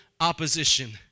opposition